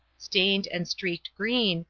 stained, and streaked green,